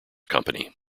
company